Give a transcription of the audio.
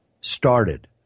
started